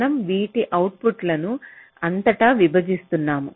మనం వీటి అవుట్పుట్లను అంతటా విభజిస్తున్నాము